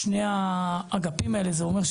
שני האגפים האלה זה אומר,